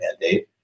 mandate